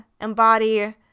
embody